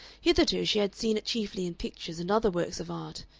hitherto she had seen it chiefly in pictures and other works of art,